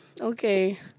Okay